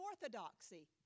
orthodoxy